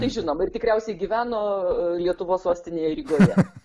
tai žinom ir tikriausiai gyveno lietuvos sostinėje rygoje